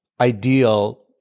ideal